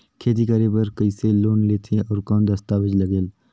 खेती करे बर कइसे लोन लेथे और कौन दस्तावेज लगेल?